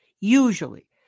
usually